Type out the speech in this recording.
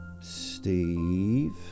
Steve